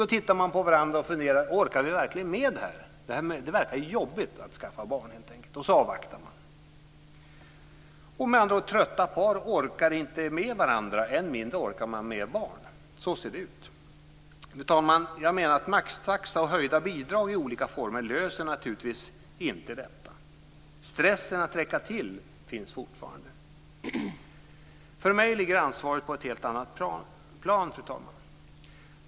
Då tittar de på varandra och funderar om de verkligen orkar med det här - det verkar jobbigt att skaffa barn - och så avvaktar de. Trötta par orkar inte med varandra, och än mindre orkar de med barn. Så ser det ut. Fru talman! Maxtaxa och höjda bidrag i olika former löser naturligtvis inte detta. Stressen som det innebär att försöka räcka till finns fortfarande. För mig ligger ansvaret på ett helt annat plan, fru talman.